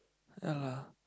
ya lah